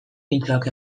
pintxoak